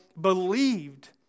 believed